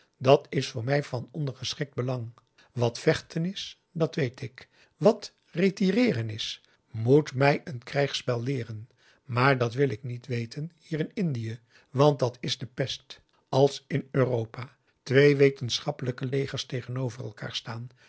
dat is voor mij van ondergeschikt belang wat vechten is dat weet ik wat retireeren is moet mij een krijgsspel leeren maar dat wil ik niet weten hier in indië want dat is de pest als in europa twee wetenschappelijke legers tegenover elkaar staan